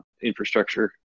infrastructure